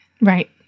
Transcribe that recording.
Right